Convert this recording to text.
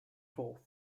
fourth